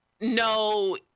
No